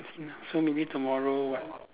ya so maybe tomorrow what